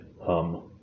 hum